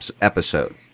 episode